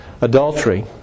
adultery